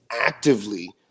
actively